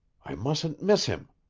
i mustn't miss him.